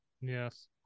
Yes